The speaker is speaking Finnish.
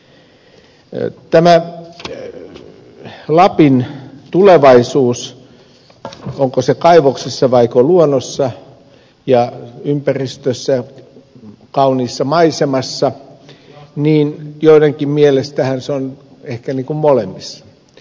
tämä lapin tulevaisuus onko se kaivoksissa vaiko luonnossa ja ympäristössä kauniissa maisemassa joidenkin mielestähän se on ehkä molemmissa